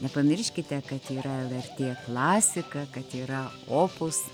nepamirškite kad yra lrt klasika kad yra opus